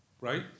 right